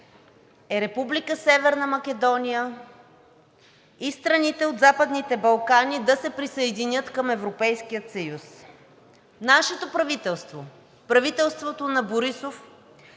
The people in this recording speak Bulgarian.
е Република Северна Македония и страните от Западните Балкани да се присъединят към Европейския съюз. Нашето правителство, правителството на Борисов,